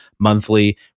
Monthly